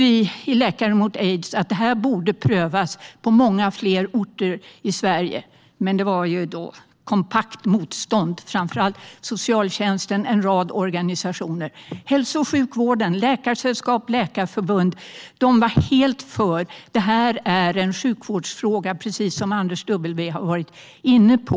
Vi i Läkare mot aids tyckte att detta borde prövas på många fler orter i Sverige, men det var ett kompakt motstånd, framför allt från socialtjänsten och en rad organisationer. Hälso och sjukvården, Läkarsällskapet och Läkarförbundet var helt för och menade att detta är en sjukvårdsfråga, precis som Anders W Jonsson har varit inne på.